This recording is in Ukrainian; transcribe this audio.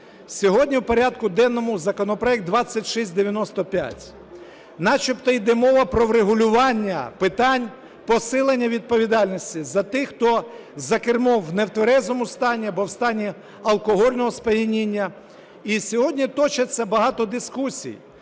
Сьогодні у порядку денному законопроект 2695. Начебто йде мова про врегулювання питань посилення відповідальності тих, хто за кермом в нетверезому стані або в стані алкогольного сп'яніння. І сьогодні точиться багато дискусій.